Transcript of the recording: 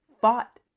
fought